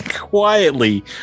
Quietly